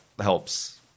helps